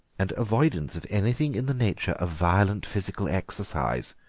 and avoidance of anything in the nature of violent physical exercise,